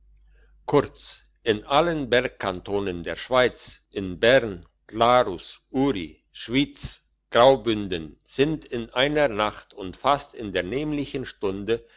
kurz in allen bergkantonen der schweiz in bern glarus uri schwyz graubünden sind in einer nacht und fast in der nämlichen stunde